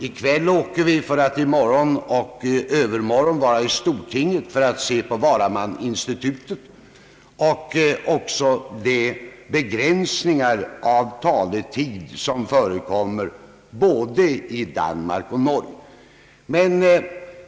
I kväll reser vi till Norge för att i morgon och övermorgon studera stortingets varamanninstitut samt de begränsningar av anförandetiden som förekommer både i Danmark och Norge.